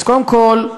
אז קודם כול,